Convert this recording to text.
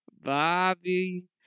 Bobby